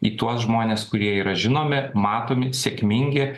į tuos žmones kurie yra žinomi matomi sėkmingi